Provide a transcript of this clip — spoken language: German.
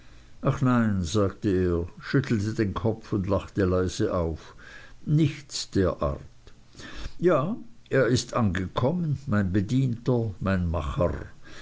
ach nein sagte er schüttelte den kopf und lachte leise auf nichts derart ja er ist angekommen mein bedienter mein macher